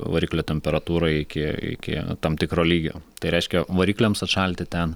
variklio temperatūrai iki iki tam tikro lygio tai reiškia varikliams atšalti ten